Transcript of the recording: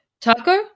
Taco